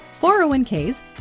401Ks